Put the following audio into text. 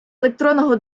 електронного